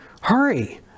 hurry